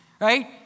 right